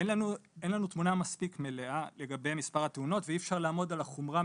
אין לנו תמונה מספיק מלאה לגבי מספר התאונות ואי אפשר לעמוד על החומרה,